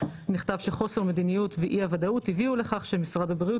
נכתב שחוסר מדיניות ואי הוודאות הובילו לכך שמשרד הבריאות